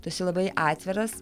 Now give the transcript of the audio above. tu esi labai atviras